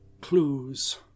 clues